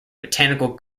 botanical